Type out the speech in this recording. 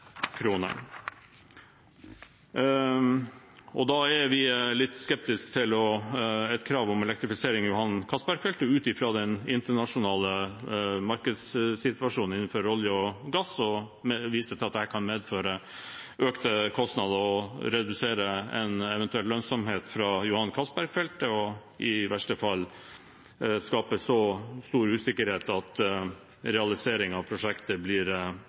Da er vi litt skeptiske til et krav om elektrifisering av Johan Castberg-feltet ut fra den internasjonale markedssituasjonen innenfor olje og gass og viser til at dette kan medføre økte kostnader og redusere en eventuell lønnsomhet fra Johan Castberg-feltet og i verste fall skape stor usikkerhet rundt realisering av prosjektet.